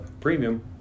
premium